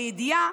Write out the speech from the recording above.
לידיעה,